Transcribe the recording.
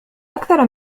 أكثر